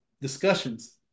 discussions